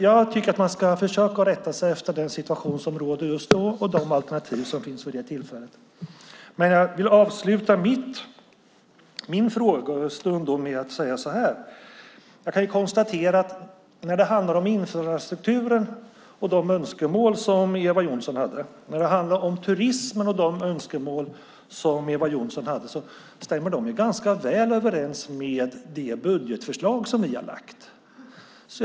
Jag tycker att man ska försöka rätta sig efter den situation som råder och de alternativ som finns vid just det tillfället. Jag vill avsluta min frågestund med att konstatera att de önskemål som Eva Johnsson hade när det handlar om infrastrukturen och turismen stämmer ganska väl överens med det budgetförslag som vi har lagt fram.